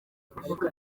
kuvuga